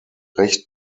recht